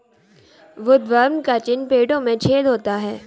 woodworm का चिन्ह पेड़ों में छेद होता है